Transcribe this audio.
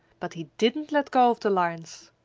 but he didn't let go of the lines!